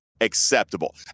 acceptable